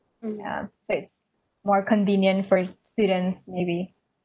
ya so it's more convenient for students maybe